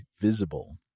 Visible